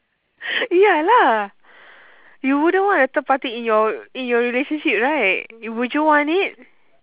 ya lah you wouldn't want a third party in your in your relationship right would you want it